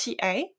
TA